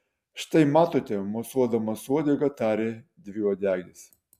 štai matote mosuodamas uodega tarė dviuodegis